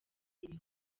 iri